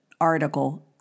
article